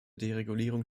deregulierung